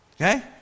Okay